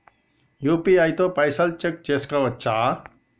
UPI తో పైసల్ check చేసుకోవచ్చా?